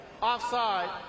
Offside